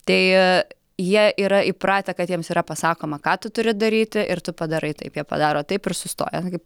tai jie yra įpratę kad jiems yra pasakoma ką tu turi daryti ir tu padarai taip jie padaro taip ir sustoja kaip